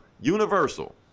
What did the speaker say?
Universal